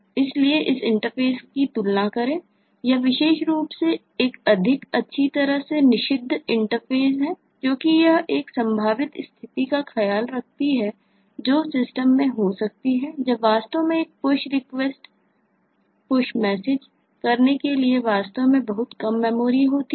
इसलिए इस इंटरफेस की तुलना करें यह विशेष रूप से एक अधिक अच्छी तरह से निर्दिष्ट इंटरफ़ेस है क्योंकि यह एक संभावित स्थिति का ख्याल रखती है जो सिस्टम में हो सकती है जब वास्तव में एक Push रिक्वेस्ट Push मैसेज करने के लिए वास्तव में बहुत कम मेमोरी होती है